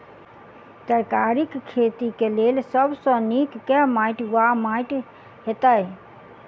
तरकारीक खेती केँ लेल सब सऽ नीक केँ माटि वा माटि हेतै?